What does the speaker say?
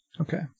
Okay